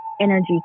energy